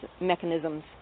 mechanisms